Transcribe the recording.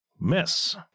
Miss